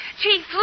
Chief